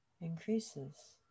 increases